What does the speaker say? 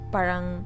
Parang